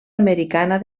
americana